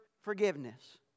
forgiveness